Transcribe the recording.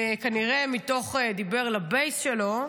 כנראה דיבר לבייס שלו,